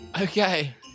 okay